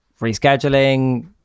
rescheduling